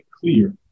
clear